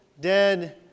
dead